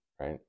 Right